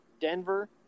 Denver